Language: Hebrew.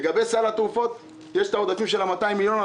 לגבי סל התרופות יש את העודפים של ה-200 מיליון שקל.